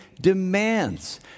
demands